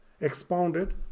expounded